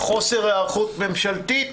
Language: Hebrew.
חוסר היערכות ממשלתית?